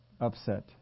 upset